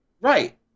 Right